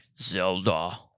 Zelda